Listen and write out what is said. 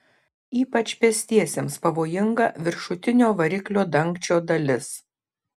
ypač pėstiesiems pavojinga viršutinio variklio dangčio dalis